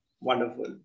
Wonderful